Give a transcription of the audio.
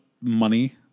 money